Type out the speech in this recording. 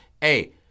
hey